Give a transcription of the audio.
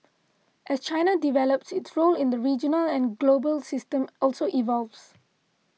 as China develops its role in the regional and global system also evolves